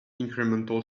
incremental